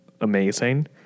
amazing